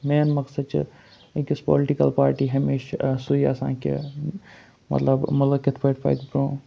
main مقصد چھِ أکِس پُلٹِکَل پارٹی ہمیشہِ سُے آسان کہِ مطلب مُلک کِتھ پٲٹھۍ پَکہِ بروںٛہہ